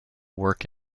work